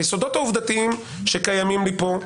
היסודות העובדתיים שקיימים כאן,